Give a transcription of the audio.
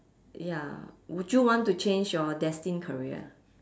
ya would you want to change your destined career